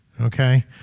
Okay